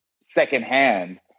secondhand